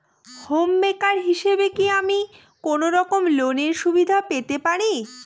Home maker হিসেবে কি আমি কোনো রকম লোনের সুবিধা পেতে পারি?